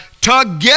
together